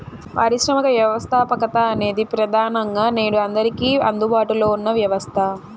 పారిశ్రామిక వ్యవస్థాపకత అనేది ప్రెదానంగా నేడు అందరికీ అందుబాటులో ఉన్న వ్యవస్థ